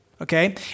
okay